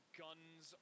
guns